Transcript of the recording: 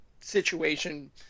situation